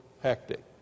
hectic